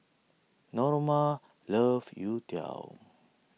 Norma loves Youtiao